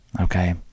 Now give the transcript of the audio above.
Okay